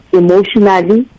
emotionally